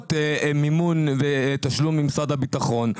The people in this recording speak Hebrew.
מקבלות מימון ותשלום ממשרד הביטחון,